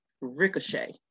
Ricochet